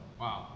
Wow